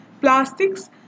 plastics